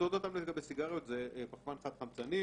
למדוד אותם לגבי סיגריות: פחמן חד חמצני,